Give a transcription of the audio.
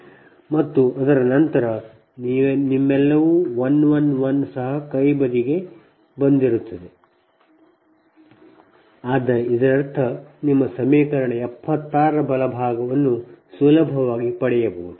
ಮತ್ತು ಅದರ ನಂತರ ನಿಮ್ಮೆಲ್ಲವೂ 1 1 1 ಸಹ ಕೈ ಬದಿಗೆ ಬರುತ್ತದೆ ಆದ್ದರಿಂದ ಇದರರ್ಥ ನಿಮ್ಮ ಸಮೀಕರಣ 76 ರ ಬಲಭಾಗವನ್ನು ಸುಲಭವಾಗಿ ಪಡೆಯಬಹುದು